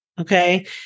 Okay